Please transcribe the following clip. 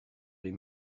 les